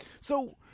So-